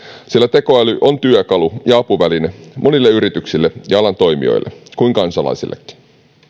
sillä tekoäly on työkalu ja apuväline niin monille yrityksille ja alan toimijoille kuin kansalaisillekin